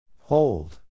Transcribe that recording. Hold